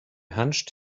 hunched